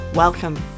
Welcome